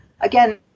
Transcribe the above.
Again